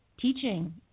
teaching